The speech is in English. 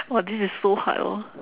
!wah! this is so hard lor